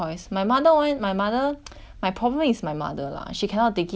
my problem is my mother lah she cannot take it those hair 你知道吗那种